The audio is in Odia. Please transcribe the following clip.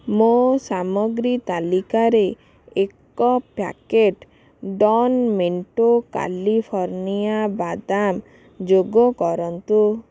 ମୋ ସାମଗ୍ରୀ ତାଲିକାରେ ଏକ ପ୍ୟାକେଟ୍ ଡନ୍ ମେଣ୍ଟୋ କାଲିଫର୍ଣ୍ଣିଆ ବାଦାମ ଯୋଗ କରନ୍ତୁ